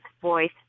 voice